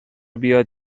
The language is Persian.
بیاد